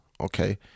okay